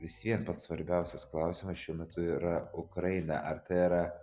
vis vien pats svarbiausias klausimas šiuo metu yra ukraina ar tai yra